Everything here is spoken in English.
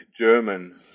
German